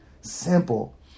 Simple